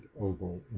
oval